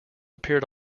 appeared